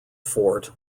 fort